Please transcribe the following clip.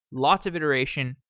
lots of iteration,